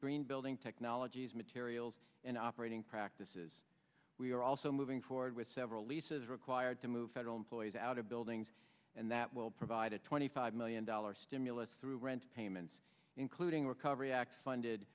green building technologies materials and operating practices we are also moving forward with several leases required to move federal employees out of buildings and that will provide a twenty five million dollars stimulus through rent payments including recovery act funded